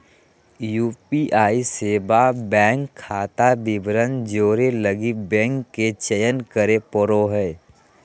UPI सेवा bank खाता विवरण जोड़े लगी बैंक के चयन करे पड़ो हइ